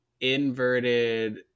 inverted